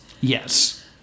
Yes